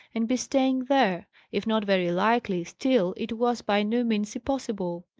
and be staying there if not very likely, still it was by no means impossible.